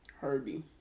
Herbie